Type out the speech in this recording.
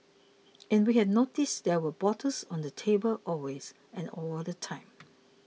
and we had noticed there were bottles on the table always and all the time